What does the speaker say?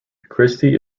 christie